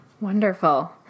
Wonderful